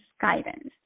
guidance